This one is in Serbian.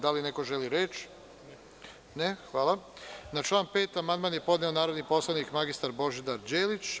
Da li neko želi reč? (Ne) Na član 5. amandman je podneo narodni poslanik mr Božidar Đelić.